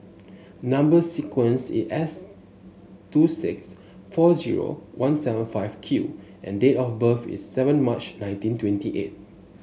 number sequence is S two six four zero one seven five Q and date of birth is seven March nineteen twenty eight